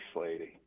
lady